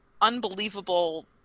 unbelievable